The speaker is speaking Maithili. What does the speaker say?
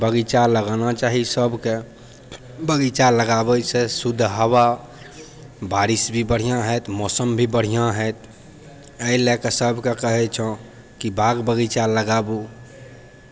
बगीचा लगाना चाही सबके बगीचा लगाबैसँ शुद्ध हवा बारिश भी बढ़िआँ होयत मौसम भी बढ़िआँ होयत अइ लए कऽ सब कऽ कहै छौं कि बाग बगीचा लगाबू